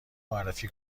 معرفی